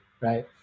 right